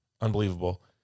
Unbelievable